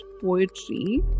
poetry